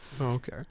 Okay